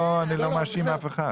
אני לא מאשים אף אחד.